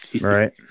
Right